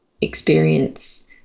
experience